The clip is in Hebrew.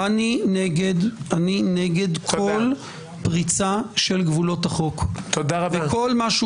אני נגד כל פריצה של גבולות החוק וכל מה שהוא